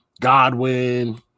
Godwin